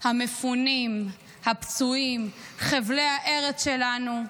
המפונים, הפצועים, חבלי הארץ שלנו.